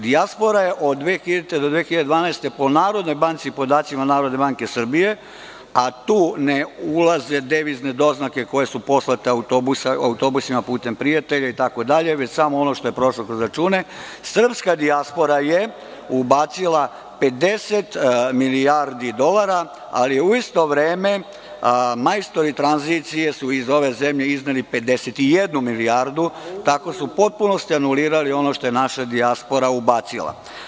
Dijaspora je od 2000-te do 2012. godine po Narodnoj banci, podacima Narodne banke Srbije, a tu ne ulaze devizne doznake koje su poslate autobusima putem prijatelja itd, već samo ono što je prošlo kroz račune, ubacila 50 milijardi dolara, ali su u isto vreme majstori tranzicije iz ove zemlje izneli 51 milijardu, tako su u potpunosti anulirali ono što je naša dijaspora ubacila.